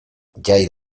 jai